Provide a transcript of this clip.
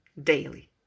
daily